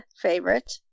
favorite